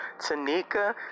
Tanika